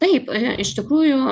taip iš tikrųjų